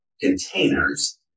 containers